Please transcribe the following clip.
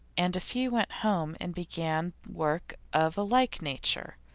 and a few went home and began work of like nature.